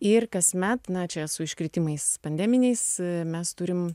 ir kasmet na čia su iškritimais pandeminiais mes turim